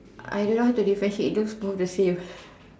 I don't know how to differentiate those look the same